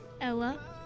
ella